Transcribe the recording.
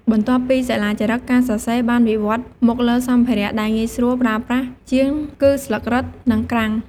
បន្ទាប់ពីសិលាចារឹក ការសរសេរបានវិវឌ្ឍន៍មកលើសម្ភារៈដែលងាយស្រួលប្រើប្រាស់ជាង គឺស្លឹករឹត និងក្រាំង។